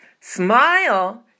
smile